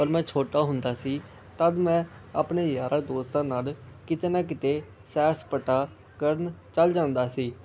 ਪਰ ਮੈਂ ਛੋਟਾ ਹੁੰਦਾ ਸੀ ਤਦ ਮੈਂ ਆਪਣੇ ਯਾਰਾਂ ਦੋਸਤਾਂ ਨਾਲ ਕਿਤੇ ਨਾ ਕਿਤੇ ਸੈਰ ਸਪਾਟਾ ਕਰਨ ਚਲਾ ਜਾਂਦਾ ਸੀ